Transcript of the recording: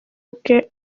ubwe